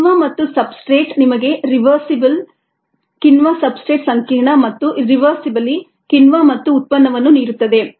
ಕಿಣ್ವ ಮತ್ತು ಸಬ್ಸ್ಟ್ರೇಟ್ ನಿಮಗೆ ರಿವೆರ್ಸಿಬಲ್ಯ್ ಕಿಣ್ವ ಸಬ್ಸ್ಟ್ರೇಟ್ ಸಂಕೀರ್ಣ ಮತ್ತು ಇರಿವೆರ್ಸಿಬಲ್ಯ್ ಕಿಣ್ವ ಮತ್ತು ಉತ್ಪನ್ನವನ್ನು ನೀಡುತ್ತದೆ